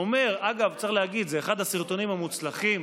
אגב, צריך להגיד, זה אחד הסרטונים המוצלחים